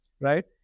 right